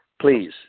Please